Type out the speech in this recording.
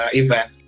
event